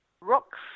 rocks